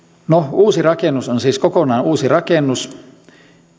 uusi rakennus on siis kokonaan uusi rakennus